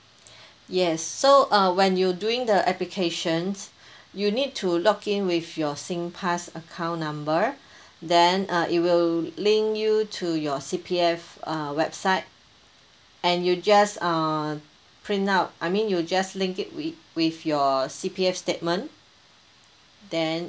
yes so uh when you doing the applications you need to log in with your singpass account number then uh it will link you to your C_P_F uh website and you just uh print out I mean you just link it with with your C_P_F statement then